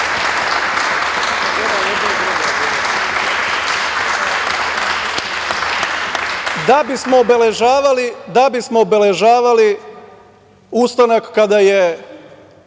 da bismo obeležavali ustanak kada je